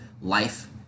life